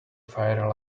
fire